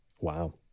Wow